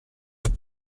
with